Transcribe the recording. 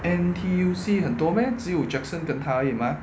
N_T_U_C 很多 meh 只有 jackson 跟他吗